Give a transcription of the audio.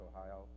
Ohio